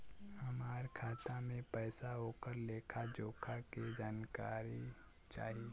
हमार खाता में पैसा ओकर लेखा जोखा के जानकारी चाही?